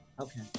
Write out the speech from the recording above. Okay